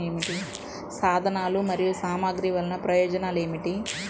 సాధనాలు మరియు సామగ్రి వల్లన ప్రయోజనం ఏమిటీ?